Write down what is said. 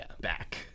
back